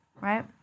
right